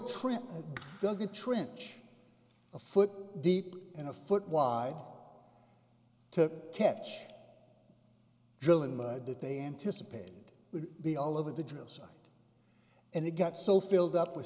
and dug a trench a foot deep in a foot wide to catch drilling mud that they anticipated would be all over the drill site and it got so filled up with